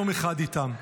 יום אחד איתם.